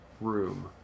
room